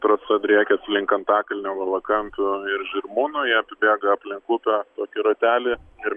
trasa driekias link antakalnio valakampių ir žirmūnų jie apibėga aplink upę tokį ratelį ir